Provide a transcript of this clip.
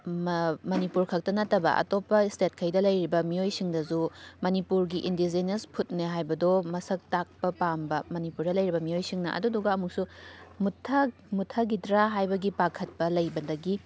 ꯃ ꯃꯅꯤꯄꯨꯔ ꯈꯛꯇ ꯅꯠꯇꯕ ꯑꯇꯣꯞꯄ ꯏꯁꯇꯦꯠꯈꯩꯗ ꯂꯩꯔꯤꯕ ꯃꯤꯑꯣꯏꯁꯤꯡꯗꯁꯨ ꯃꯅꯤꯄꯨꯔꯒꯤ ꯏꯟꯗꯤꯖꯤꯅꯤꯑꯁ ꯐꯨꯠꯅꯦ ꯍꯥꯏꯕꯗꯣ ꯃꯁꯛ ꯇꯥꯛꯄ ꯄꯥꯝꯕ ꯃꯅꯤꯄꯨꯔꯗ ꯂꯩꯔꯤꯕ ꯃꯤꯑꯣꯏꯁꯤꯡꯅ ꯑꯗꯨꯗꯨꯒ ꯑꯃꯨꯛꯁꯨ ꯃꯨꯊꯛ ꯃꯨꯊꯈꯤꯒꯗ꯭ꯔꯥ ꯍꯥꯏꯕꯒꯤ ꯄꯥꯈꯠꯄ ꯂꯩꯕꯗꯒꯤ